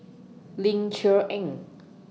Ling Cher Eng